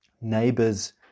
neighbors